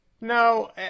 No